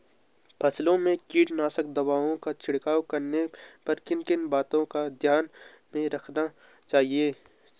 फसलों में कीटनाशक दवाओं का छिड़काव करने पर किन किन बातों को ध्यान में रखना चाहिए?